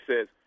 says